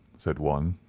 said one,